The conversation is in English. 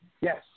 Yes